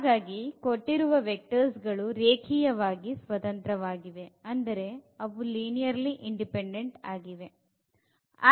ಹಾಗಾಗಿ ಕೊಟ್ಟರುವ ವೆಕ್ಟರ್ಸ್ ಗಳು ರೇಖೀಯವಾಗಿ ಸ್ವತಂತ್ರ ವಾಗಿವೆ